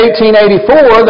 1884